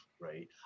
right